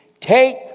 take